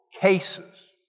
cases